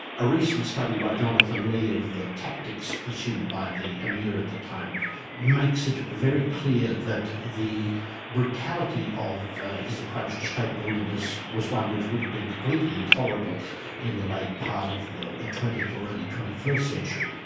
a recent study by jonathan lee of the tactics pursued by the emir at the time makes it very clear that the brutality of his approach to state building was one which would have been completely intolerable in the late part of the the twentieth or early twenty-first century.